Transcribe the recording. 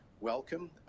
welcome